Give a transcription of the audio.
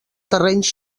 terrenys